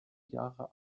jahre